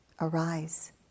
arise